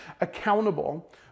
accountable